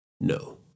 No